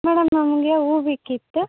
madam ನಮಗೆ ಹೂ ಬೇಕಿತ್ತು